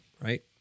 Right